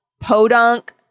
podunk